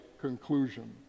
conclusion